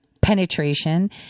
penetration